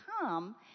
come